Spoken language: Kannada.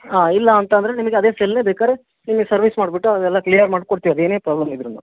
ಹಾಂ ಇಲ್ಲ ಅಂತ ಅಂದರೆ ನಿಮಿಗೆ ಅದೇ ಸೆಲ್ಲನ್ನೇ ಬೇಕಾರೆ ನಿಮಗೆ ಸರ್ವಿಸ್ ಮಾಡಿಬಿಟ್ಟು ಅದೆಲ್ಲ ಕ್ಲಿಯರ್ ಮಾಡ್ಕೊಡ್ತೀವಿ ಅದೇನೇ ಪ್ರಾಬ್ಲಮ್ ಇದ್ದರೂನು